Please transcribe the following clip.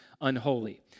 unholy